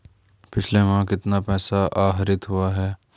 पिछले माह कितना पैसा आहरित हुआ है?